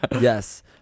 Yes